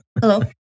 Hello